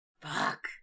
Fuck